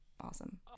awesome